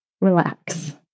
relax